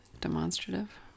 Demonstrative